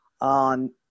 on